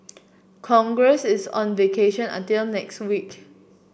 congress is on vacation until next week